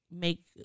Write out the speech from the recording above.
make